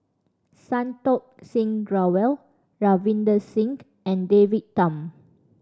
Santokh Singh Grewal Ravinder Singh and David Tham